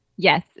Yes